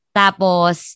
tapos